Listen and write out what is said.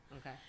Okay